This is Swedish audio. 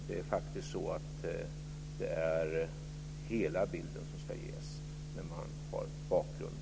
Det ska ges en hel bild till bakgrunden till beslutet.